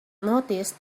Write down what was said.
noticed